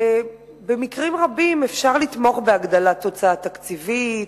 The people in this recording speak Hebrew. במקרים רבים אפשר לתמוך בהגדלת ההוצאה התקציבית,